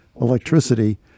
electricity